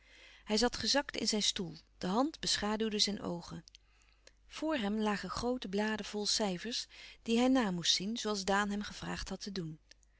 hij zat gezakt in zijn stoel de hand beschaduwde zijn oogen voor hem lagen groote bladen vol cijfers die hij na moest zien zooals daan hem gevraagd had te doen